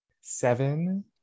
Seven